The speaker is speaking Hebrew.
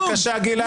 תצא בבקשה, גלעד.